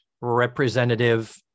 representative